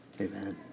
Amen